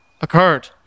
occurred